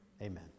Amen